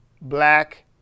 black